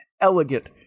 elegant